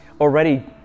already